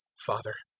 father,